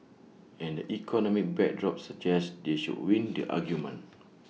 and the economic backdrop suggests they should win the argument